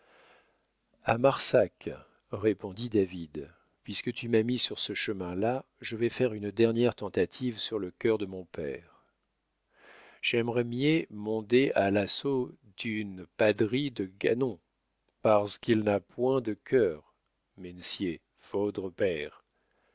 a marsac répondit david puisque tu m'as mis sur ce chemin-là je vais faire une dernière tentative sur le cœur de mon père c'haimerais mié monder à l'assaut t'une padderie te ganons barce qu'il n'a boind de cuer